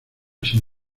sin